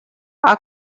our